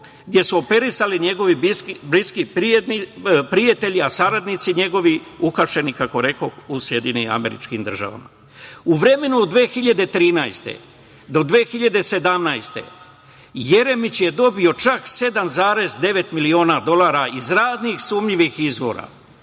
gde su operisali njegovi bliski prijatelji, a saradnici njegovi uhapšeni, kako rekoh, u SAD.U vremenu od 2013. do 2017. godine Jeremić je dobio čak 7,9 miliona dolara iz raznih sumnjivih izvora.